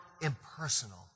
impersonal